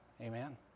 Amen